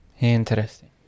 Interesting